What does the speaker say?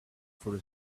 for